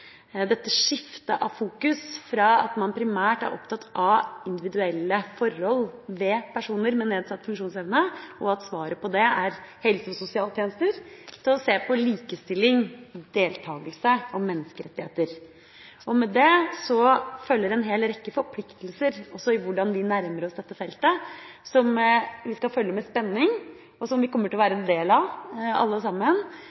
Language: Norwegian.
dette skiftet av fokus fra at man primært er opptatt av individuelle forhold ved personer med nedsatt funksjonsevne, og at svaret på det er helse- og sosialtjenester, til å se på likestilling, deltakelse og menneskerettigheter. Med det følger en hel rekke forpliktelser også med tanke på hvordan vi nærmer oss dette feltet, som vi skal følge med spenning, og som vi kommer til å være